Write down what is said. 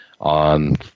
on